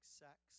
sex